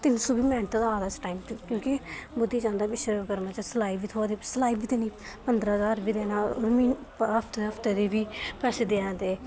तिन्न सौ बी मेह्नत दा आ दा इस टाइम क्योंकि मोदी चांह्दा विश्वकर्मा च सिलाई बी थ्होआ दी सलाई बी देनी पंदरां देना हां म्हीने हफ्ते हफ्ते बी पैसे देआ दे